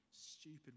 stupid